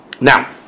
Now